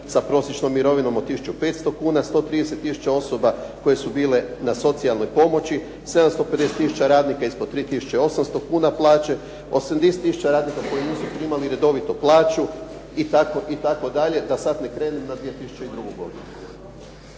sa prosječnom mirovinom od 1500 kuna, 130 tisuća osoba koje su bile na socijalnoj pomoći, 750 tisuća radnika ispod 3800 kuna plaće, 80 tisuća radnika koji nisu primali redovito plaću itd., da sad ne krenem na 2002. godinu.